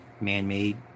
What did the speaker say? man-made